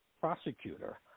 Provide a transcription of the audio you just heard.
prosecutor